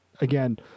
again